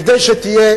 כדי שתהיה